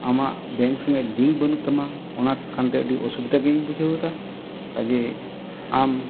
ᱟᱢᱟᱜ ᱵᱮᱝᱠ ᱥᱚᱸᱜᱮ ᱞᱤᱝᱠ ᱵᱟᱹᱱᱩᱜ ᱛᱟᱢᱟ ᱚᱱᱟ ᱠᱟᱱᱛᱮ ᱟᱹᱰᱤ ᱚᱥᱩᱵᱤᱫᱟ ᱜᱮᱧ ᱵᱩᱡᱷᱟᱹᱣ ᱮᱫᱟ ᱠᱟᱡᱮ ᱟᱢ